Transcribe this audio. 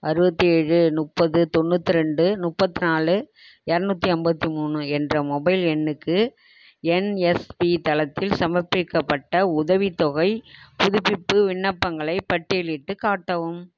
அறுபத்தி ஏழு முப்பது தொண்ணூத்ரெண்டு முப்பத்நாலு இரநூத்தி ஐம்பத்தி மூணு என்ற மொபைல் எண்ணுக்கு என்எஸ்பி தளத்தில் சமர்ப்பிக்கப்பட்ட உதவித்தொகைப் புதுப்பிப்பு விண்ணப்பங்களைப் பட்டியலிட்டுக் காட்டவும்